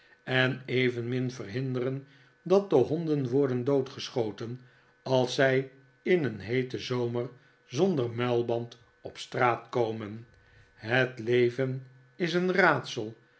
en evenmin verhinderen dat de honden worden doodgeschoten als zij in een heeten zomer zonder muilband op straat komen het leven is een raadsel